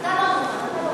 אתה לא מוכן,